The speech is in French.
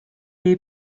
est